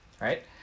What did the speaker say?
right